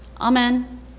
Amen